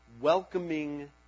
Welcoming